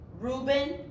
Reuben